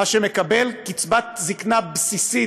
מי שמקבל קצבת זקנה בסיסית,